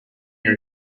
near